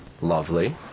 Lovely